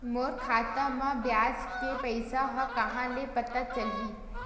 मोर खाता म ब्याज के पईसा ह कहां ले पता चलही?